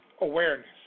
awareness